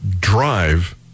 Drive